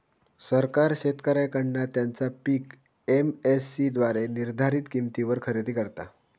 सरकार शेतकऱ्यांकडना त्यांचा पीक एम.एस.सी द्वारे निर्धारीत किंमतीवर खरेदी करता